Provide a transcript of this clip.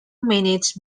managed